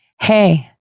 Hey